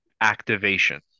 activation